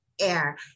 air